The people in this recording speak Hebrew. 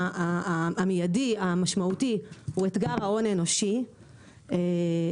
המידי והמשמעותי הוא אתגר ההון האנושי ואיך